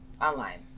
Online